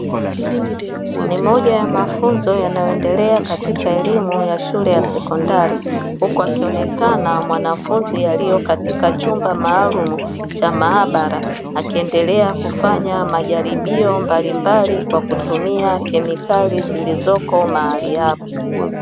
Ni moja ya mafunzo yanayoendelea katika elimu ya shule ya sekondari, huku akionekana mwanafunzi alio katika chumba maalumu cha maabara akiendelea kufanya majaribio mbalimbali kwa kutumia kemikali zilizoko mahali hapo.